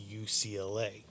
UCLA